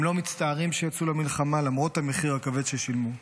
הם לא מצטערים שיצאו למלחמה למרות המחיר הכבד ששילמו.